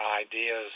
ideas